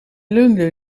leunde